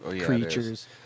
creatures